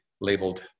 labeled